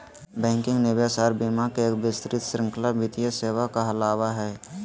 banking, निवेश आर बीमा के एक विस्तृत श्रृंखला वित्तीय सेवा कहलावय हय